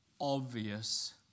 obvious